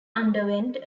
underwent